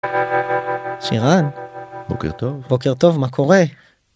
שירן בוקר טוב בוקר טוב מה קורה.